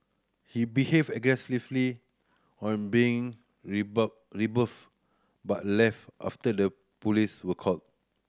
he behaved aggressively on being rebuffed but left after the police were called